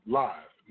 live